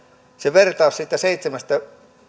vertaus seitsemästä